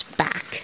back